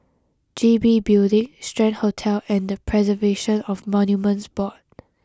G B Building Strand Hotel and The Preservation of Monuments Board